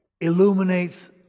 illuminates